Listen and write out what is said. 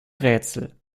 rätsel